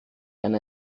eine